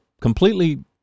completely